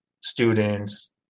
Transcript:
students